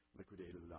liquidated